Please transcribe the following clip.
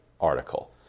article